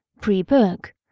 pre-book